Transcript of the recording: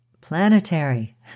planetary